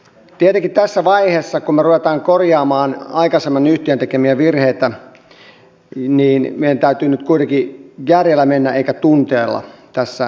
tietenkin tässä vaiheessa kun me rupeamme korjaamaan aikaisemman yhtiön tekemiä virheitä meidän täytyy nyt kuitenkin mennä järjellä eikä tunteella tässä päätöksenteossa